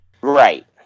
Right